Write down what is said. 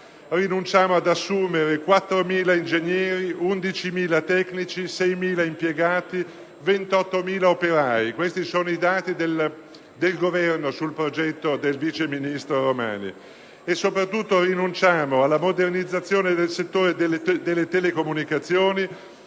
rinunciamo ad assumere 4.000 ingegneri, 11.000 tecnici, 6.000 impiegati, 28.000 operai. Questi sono i dati del Governo sul progetto del vice ministro Romani. Soprattutto, rinunciamo alla modernizzazione del settore delle telecomunicazioni